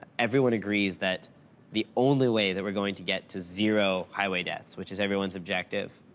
everyone agrees that the only way that we're going to get to zero highway deaths, which is everyone's objective,